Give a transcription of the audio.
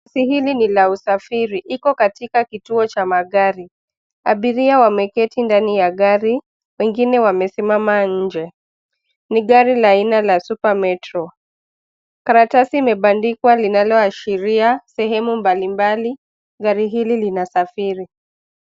Basi hili ni la usafiri. Iko katika kituo cha magari, abiria wameketi ndani ya gari, wengine wamesimama nje. Ni gari la aina la Super Metro. Karatasi imebandikwa linaloashiria sehemu mbalimbali gari hili linasafiri.